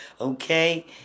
Okay